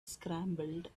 scrambled